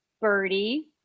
Birdie